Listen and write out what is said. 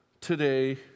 today